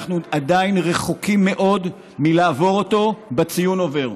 אנחנו עדיין רחוקים מאוד מלעבור אותו בציון עובר.